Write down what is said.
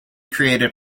created